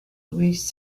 louis